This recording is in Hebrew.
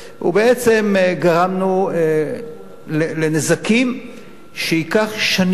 ובעצם גרמנו לנזקים שייקח שנים,